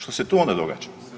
Što se tu onda događa?